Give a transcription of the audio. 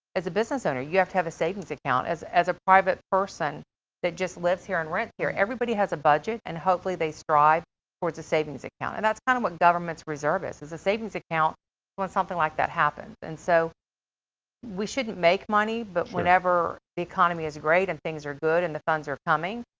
as a business owner, you have to have a savings account. as, as a private person that just lives here and rents here, everybody has a budget, and hopefully they strive towards a savings account. and that's kind of what government's reserve is, is a savings account when something like that happens. and so we shouldn't make money. but whenever the economy is great and things are good and the funds are coming,